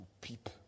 peep